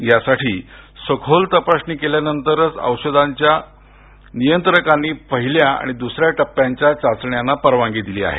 यासाठी सखोल तपासणी केल्यानंतरच देशाच्या औषध नियंत्रकांनी पहिल्या आणि द्सऱ्या टपप्यांच्या चाचण्यांची परवानगी दिली आहे